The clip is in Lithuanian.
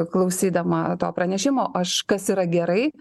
klausydama to pranešimo aš kas yra gerai